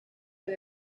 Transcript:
put